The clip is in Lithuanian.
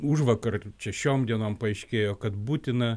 užvakar šešiom dienom paaiškėjo kad būtina